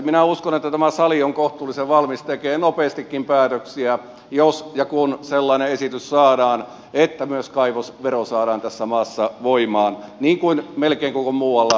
minä uskon että tämä sali on kohtuullisen valmis tekemään nopeastikin päätöksiä jos ja kun sellainen esitys saadaan että myös kaivosvero saadaan tässä maassa voimaan niin kuin melkein koko muulla maapallolla on